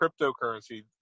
cryptocurrency